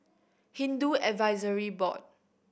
Hindu Advisory Board